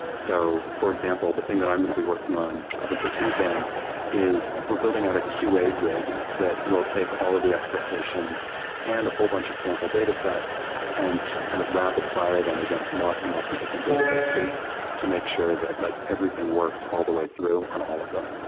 so for example, the thing that i'm going to be working on probably this weekend is we're building out a qa grid that will take all of the expectations and a whole bunch of sample datasets and just kind of rapid fire them against lots and lots of different databases to make sure that like everything works all the way through on all of them.